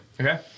Okay